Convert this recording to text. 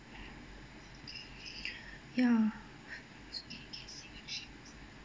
ya